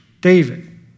David